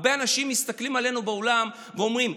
הרבה אנשים מסתכלים עלינו בעולם ואומרים: